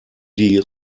die